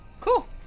Cool